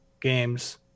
games